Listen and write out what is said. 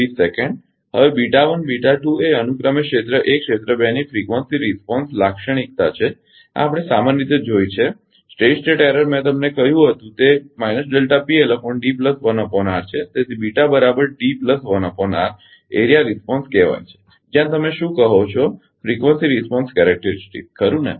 હવે એ અનુક્રમે ક્ષેત્ર 1 ક્ષેત્ર 2 ની ફ્રીક્વન્સી રિસ્પોન્સ લાક્ષણિકતા છે આ આપણે સામાન્ય રીતે જોઇ છે કે સ્થિર સ્થિતી ભૂલ મેં તમને કહ્યું હતુ તે છે તેથી એરિઆ રિસ્પોન્સ કહેવાય છે જ્યાં તમે શું કહો છો ફ્રીક્વન્સી રિસ્પોન્સ લાક્ષણિકતા ખરુ ને